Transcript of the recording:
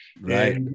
Right